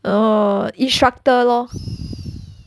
err instructor lor